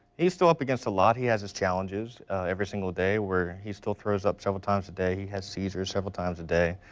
he is still up against a lot. he has his challenges every single day where he still throws up several times a day seizures several times a day.